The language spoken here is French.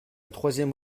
troisième